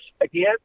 again